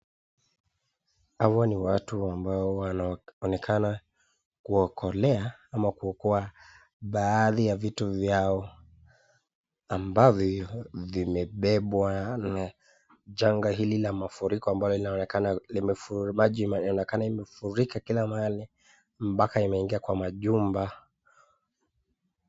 Hawa ni watu ambao wanaonekana kuokolea ama kuokoa baadhi ya vitu vyao ambavyo vimebebwa na janga hili la mafuriko ambalo linaonekana maji imefurika kila mahali mpaka imeingia kwa majumba.